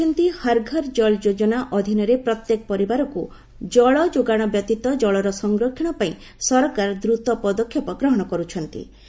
ସେ କହିଛନ୍ତି 'ହର୍ ଘର୍ ଜଳ ଯୋଜନା' ଅଧୀନରେ ପ୍ରତ୍ୟେକ ପରିବାରକୁ ଜଳ ଯୋଗାଣ ବ୍ୟତୀତ ଜଳର ସଂରକ୍ଷଣ ପାଇଁ ସରକାର ଦ୍ରତ ପଦକ୍ଷେପ ଗ୍ରହଣ କରୁଛନ୍ତି